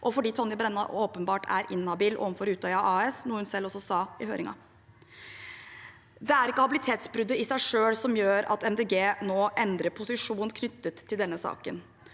og fordi Tonje Brenna åpenbart er inhabil overfor Utøya AS, noe hun selv også sa i høringen. Det er ikke habilitetsbruddet i seg selv som gjør at Miljøpartiet De Grønne nå endrer posisjon knyttet til denne saken.